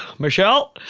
michelle.